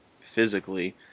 physically